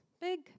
big